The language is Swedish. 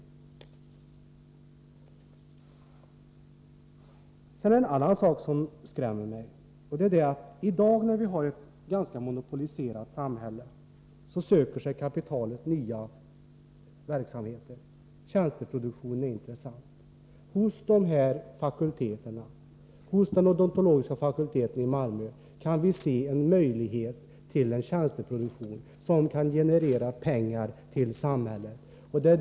Det finns också en annan sak som skrämmer mig. I dag när vi har ett ganska monopoliserat samhälle söker sig kapitalet till nya verksamheter. Tjänsteproduktionen är intressant. Hos dessa fakulteter och hos den odontologiska fakulteten i Malmö kan vi se en möjlighet till en tjänsteproduktion, som kan generera pengar till samhället.